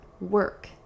work